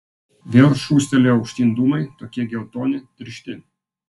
vėl šūstelėjo aukštyn dūmai tokie geltoni tiršti